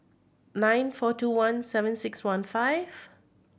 nine four two one seven six one five